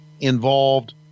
involved